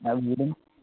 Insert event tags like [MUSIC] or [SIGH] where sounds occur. [UNINTELLIGIBLE]